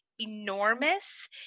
enormous